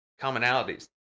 commonalities